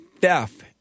theft